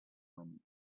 when